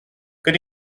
good